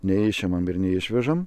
neišimame ir neišvežame